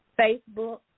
Facebook